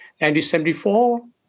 1974